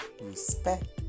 respect